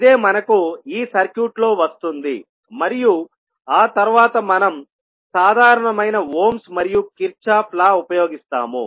ఇదే మనకు ఈ సర్క్యూట్ లో వస్తుంది మరియు ఆ తర్వాత మనం సాధారణమైన ఓహ్మ్స్ohm's మరియు కిర్చోఫ్ లా ఉపయోగిస్తాము